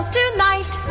tonight